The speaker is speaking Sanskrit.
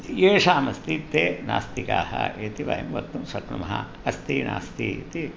येषाम् अस्ति ते नास्तिकाः इति वयं वक्तुं शक्नुमः अस्ति नास्ति इति